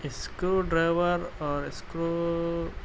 screw driver اور screw